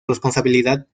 responsabilidad